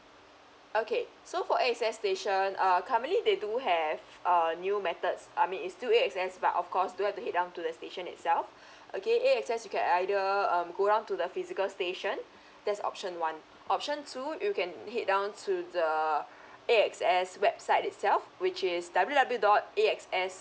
okay so for A X S station err currently they do have uh new methods I mean it's still A X S but of course you don't have to head down to the station itself okay A X S you can either um go down to the physical station that's option one option two you can head down to the A X S website itself which is w w dot A X S